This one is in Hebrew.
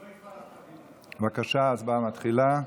בבקשה, ההצבעה מתחילה.